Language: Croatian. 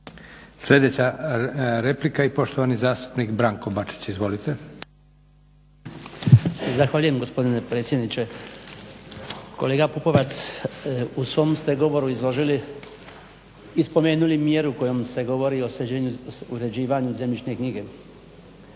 Sljedeća replika i poštovani zastupnik Branko Bačić. Izvolite. **Bačić, Branko (HDZ)** Zahvaljujem gospodine predsjedniče. Kolega Pupovac, u svom ste govoru izložili i spomenuli mjeru kojom se govori o uređivanju zemljišne knjige,